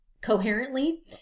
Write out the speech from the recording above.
coherently